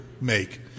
make